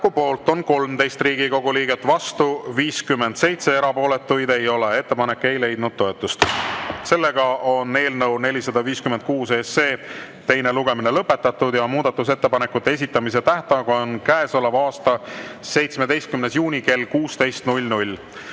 poolt on 13 Riigikogu liiget, vastu 57, erapooletuid ei ole. Ettepanek ei leidnud toetust. Eelnõu 456 teine lugemine on lõpetatud ja muudatusettepanekute esitamise tähtaeg on käesoleva aasta 17. juuni kell 16.